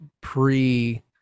pre